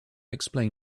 explain